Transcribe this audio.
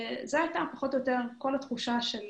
זאת הייתה התחושה של